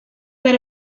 that